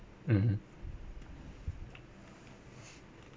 mmhmm